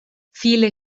viele